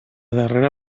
darrera